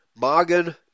Magen